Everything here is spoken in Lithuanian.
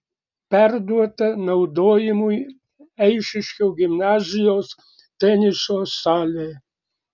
perduota naudojimui eišiškių gimnazijos teniso salė